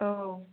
औ